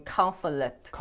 Conflict